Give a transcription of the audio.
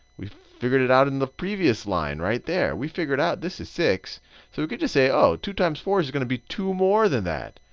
we figured it out in the previous line right there. we figured out this is six, so we could just say, oh, two times four is going to be two more than that,